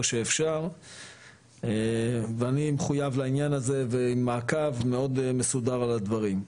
שאפשר ואני מחויב לעניין הזה ועם מעקב מאוד מסודר על הדברים.